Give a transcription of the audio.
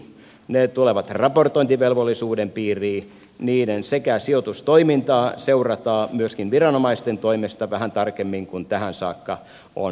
ne tulevat raportointivelvollisuuden piiriin niiden sijoitustoimintaa seurataan myöskin viranomaisten toimesta vähän tarkemmin kuin tähän saakka on tapahtunut